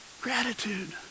gratitude